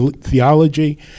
Theology